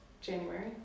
January